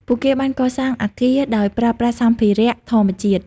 ពួកគេបានកសាងអគារដោយប្រើប្រាស់សម្ភារៈធម្មជាតិ។